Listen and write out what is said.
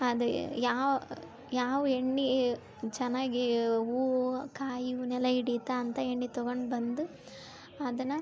ಅದು ಯಾವ ಯಾವ ಎಣ್ಣೆ ಚೆನ್ನಾಗಿ ಹೂ ಕಾಯಿ ಇವನ್ನೆಲ್ಲಾ ಹಿಡಿತ್ತ ಅಂತ ಎಣ್ಣೆ ತೊಗೊಂಡು ಬಂದು ಅದನ್ನ